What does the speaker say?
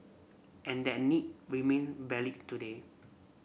and that need remain valid today